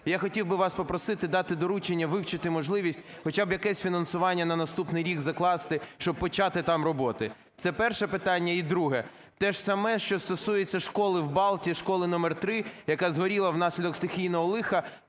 я хотів би вас попросити дати доручення вивчити можливість хоча б якесь фінансування на наступний рік закласти, щоб почати там роботи – це перше питання. І друге - теж саме, що стосується школи в Балті, школи №3, яка згоріла внаслідок стихійного лиха.